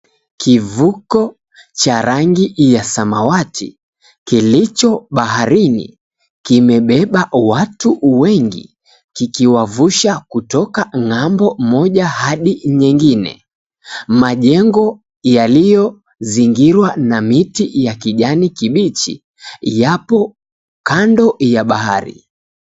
Kivuto cha rangi ya samawati kilicho baharini kimebeba watu wengi kikiwavusha kutoka ng'ambo moja hadi nyingine majengo yaliyozingirwa na miti ya kijani kibichi yapo kando ya bahari.